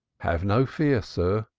have no fear, sir,